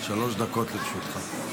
שלוש דקות לרשותך.